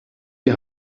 die